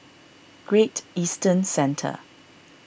Great Eastern Centre